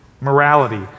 Morality